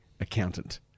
accountant